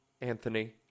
Anthony